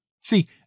See